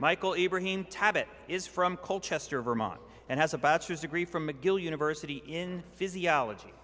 it is from cole chester vermont and has a bachelor's degree from mcgill university in physiology